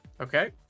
Okay